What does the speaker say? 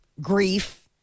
grief